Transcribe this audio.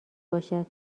باشد